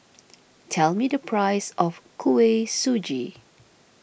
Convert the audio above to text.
tell me the price of Kuih Suji